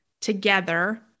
together